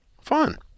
fun